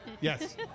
Yes